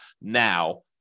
now